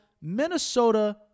Minnesota